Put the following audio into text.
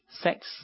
sex